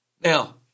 Now